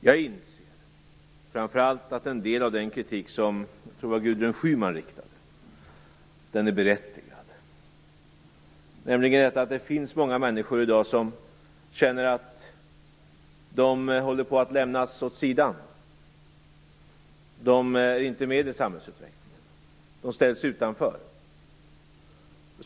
Jag inser att framför allt en del av den kritik som jag tror Gudrun Schyman framförde är berättigad. Det finns många människor i dag som känner att de håller på att lämnas åt sidan, att de inte är med i samhällsutvecklingen, att de ställs utanför.